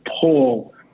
pull